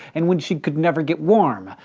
and when she could never get warm.